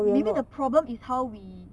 maybe the problem is how we